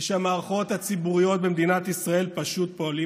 ושהמערכות הציבוריות במדינת ישראל פשוט פועלות